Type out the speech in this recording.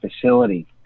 facility